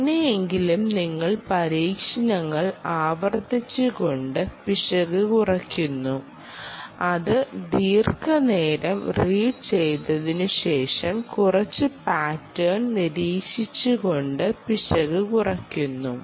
എങ്ങനെയെങ്കിലും നിങ്ങൾ പരീക്ഷണങ്ങൾ ആവർത്തിച്ചുകൊണ്ട് പിശക് കുറയ്ക്കുന്നു അത് ദീർഘനേരം റീഡ് ചെയ്തതിനുശേഷം കുറച്ച് പാറ്റേൺ നിരീക്ഷിച്ചുകൊണ്ട് പിശക് കുറയ്ക്കുന്നു